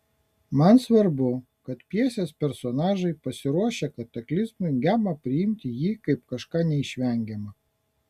man svarbu kad pjesės personažai pasiruošę kataklizmui geba priimti jį kaip kažką neišvengiama